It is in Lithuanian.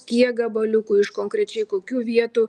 kiek gabaliukų iš konkrečiai kokių vietų